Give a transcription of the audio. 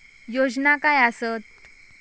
योजना काय आसत?